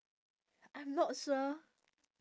I'm not sure